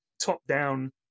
top-down